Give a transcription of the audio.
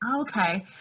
Okay